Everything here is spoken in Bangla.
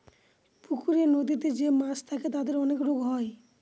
পুকুরে, নদীতে যে মাছ থাকে তাদের অনেক রোগ হয়